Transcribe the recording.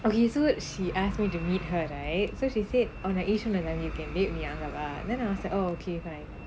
okay so she asked me to meet her right so she said on her ஒரு:oru weekend meet me அங்க வா:anga vaa then I was like oh okay fine